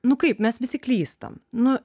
nu kaip mes visi klystam nu